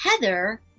heather